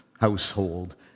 household